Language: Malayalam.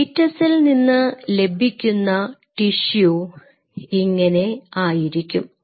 ഫീറ്റസിൽ നിന്ന് ലഭിക്കുന്ന ടിഷ്യു ഇങ്ങനെയായിരിക്കും